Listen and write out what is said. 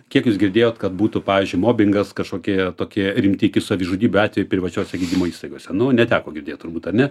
kiek jūs girdėjot kad būtų pavyzdžiui mobingas kažkokie tokie rimti iki savižudybių atvejai privačiose gydymo įstaigose nu neteko girdėt turbūt ar ne